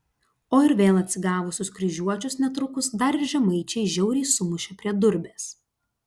o ir vėl atsigavusius kryžiuočius netrukus dar ir žemaičiai žiauriai sumušė prie durbės